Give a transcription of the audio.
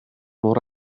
mor